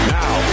now